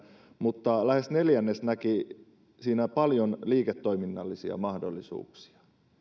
mutta lähes neljännes näki siinä paljon liiketoiminnallisia mahdollisuuksia